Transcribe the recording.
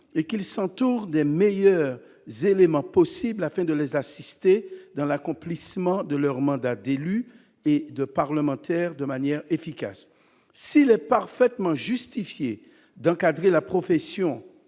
et qu'ils s'entourent des meilleurs éléments pour les assister dans l'accomplissement de leur mandat de manière efficace. S'il est parfaitement justifié d'encadrer la profession